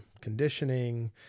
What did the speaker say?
conditioning